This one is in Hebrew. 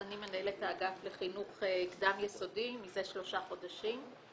אני מנהלת האגף לחינוך קדם יסודי מזה שלושה חודשים.